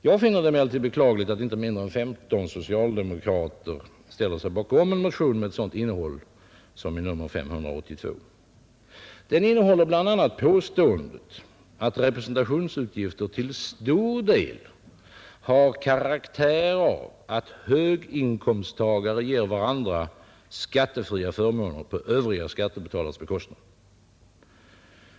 Jag finner det emellertid beklagligt att inte mindre än 15 socialdemokrater ställer sig bakom en motion med ett sådant innehåll som motionen nr 582. Den innehåller bl.a. påståendet att representationsutgifter till stor del har karaktär av att höginkomsttagare ger varandra skattefria förmåner på övriga skattebetalares bekostnad.